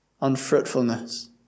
Unfruitfulness